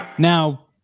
Now